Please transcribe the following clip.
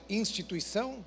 instituição